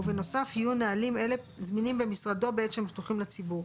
ובנוסף יהיו נהלים אלה זמינים במשרדו בעת שהם פתוחים לציבור,